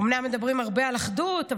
אומנם מדברים הרבה על אחדות,